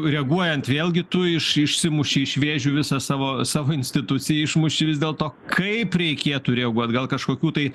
reaguojant vėlgi tu iš išsimuši iš vėžių visą savo savo instituciją išmuši vis dėlto kaip reikėtų reaguot gal kažkokių tai